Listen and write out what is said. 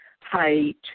height